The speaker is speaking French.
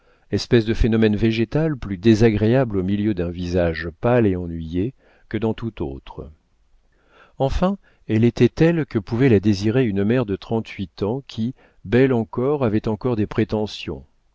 espèce de phénomène végétal plus désagréable au milieu d'un visage pâle et ennuyé que dans tout autre enfin elle était telle que pouvait la désirer une mère de trente-huit ans qui belle encore avait encore des prétentions